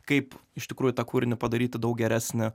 kaip iš tikrųjų tą kūrinį padaryti daug geresnį